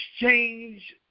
exchange